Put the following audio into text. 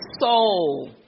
soul